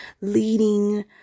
leading